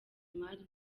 imari